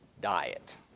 diet